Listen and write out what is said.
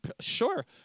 Sure